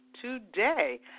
today